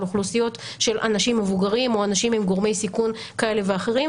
על אוכלוסיות של אנשים מבוגרים או אנשים עם גורמי סיכון כאלה ואחרים.